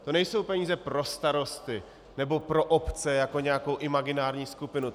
To nejsou peníze pro starosty nebo pro obce jako nějakou imaginární skupinu.